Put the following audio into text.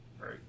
right